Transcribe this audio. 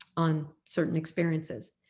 on certain experiences.